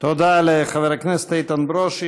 תודה לחבר הכנסת איתן ברושי.